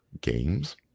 games